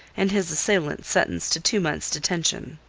and his assailant sentenced to two months' detention.